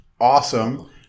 awesome